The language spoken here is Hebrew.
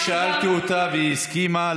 אני שאלתי אותה והיא הסכימה,